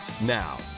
Now